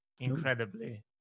incredibly